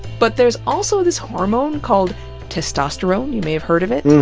but there's also this hormone called testosterone, you may have heard of it? and